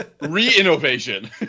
Re-innovation